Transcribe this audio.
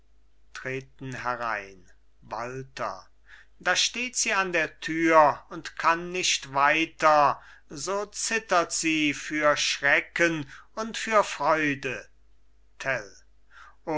treten herein walther da steht sie an der tür und kann nicht weiter so zittert sie für schrecken und für freude